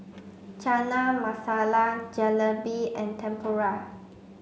Chana Masala Jalebi and Tempura